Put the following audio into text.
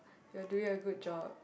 you're doing a good job